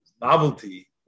Novelty